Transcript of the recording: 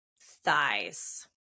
thighs